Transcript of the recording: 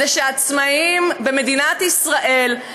הוא שעצמאים במדינת ישראל,